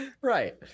Right